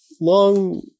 long